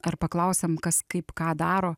ar paklausiam kas kaip ką daro